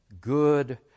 good